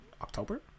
October